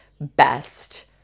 best